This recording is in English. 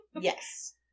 Yes